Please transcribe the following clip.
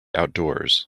outdoors